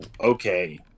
okay